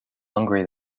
hungry